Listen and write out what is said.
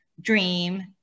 dream